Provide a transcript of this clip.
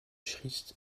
christ